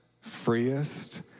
freest